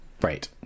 Right